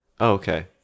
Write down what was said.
okay